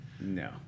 no